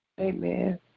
Amen